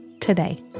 today